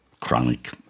chronic